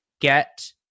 get